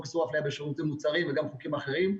איסור אפליה בשירותים ומוצרים וגם חוקים אחרים,